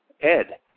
Ed